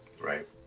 right